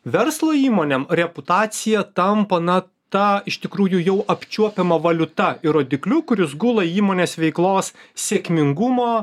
verslo įmonėm reputacija tampa na ta iš tikrųjų jau apčiuopiama valiuta ir rodikliu kuris gula įmonės veiklos sėkmingumo